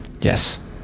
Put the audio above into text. Yes